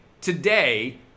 today